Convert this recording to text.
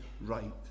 right